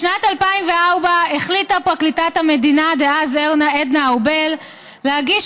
בשנת 2004 החליטה פרקליטת המדינה דאז עדנה ארבל להגיש